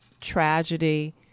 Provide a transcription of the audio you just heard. tragedy